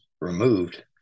removed